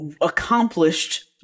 accomplished